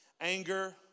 Anger